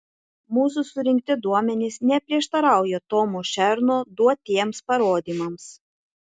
mūsų surinkti duomenys neprieštarauja tomo šerno duotiems parodymams